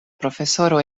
profesoro